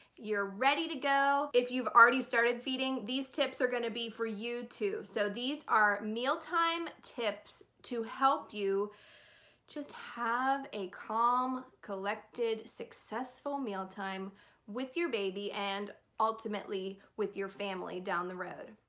you're ready to go. if you've already started feeding, these tips are going to be for you too, so these are mealtime tips to help you just have a calm collected successful mealtime with your baby and ultimately with your family down the road.